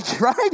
right